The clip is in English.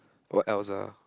what else ah